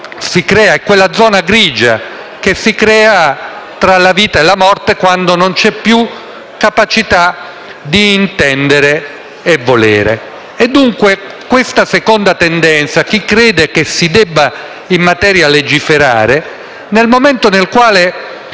la zona grigia che si crea tra la vita e la morte quando non c'è più capacità di intendere e volere. Questa seconda tendenza, di chi crede che si debba in materia legiferare, nel momento nel quale